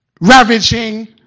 ravaging